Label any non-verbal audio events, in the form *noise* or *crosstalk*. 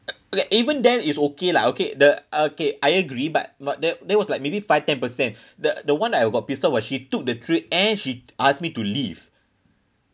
*noise* okay even them is okay lah okay the okay I agree but but that that was like maybe five ten percent *breath* the the one that I got pissed off was she took the tray and she ask me to leave